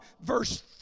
verse